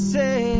say